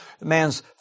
man's